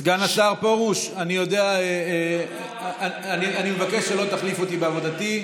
סגן השר פרוש, אני מבקש שלא תחליף אותי בעבודתי.